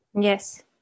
Yes